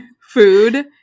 food